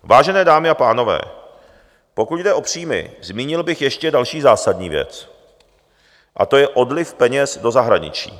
Vážené dámy a pánové, pokud jde o příjmy, zmínil bych ještě další zásadní věc a to je odliv peněz do zahraničí.